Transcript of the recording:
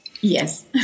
yes